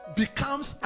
becomes